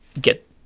get